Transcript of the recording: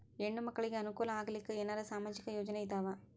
ಹೆಣ್ಣು ಮಕ್ಕಳಿಗೆ ಅನುಕೂಲ ಆಗಲಿಕ್ಕ ಏನರ ಸಾಮಾಜಿಕ ಯೋಜನೆ ಇದಾವ?